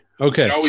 Okay